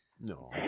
No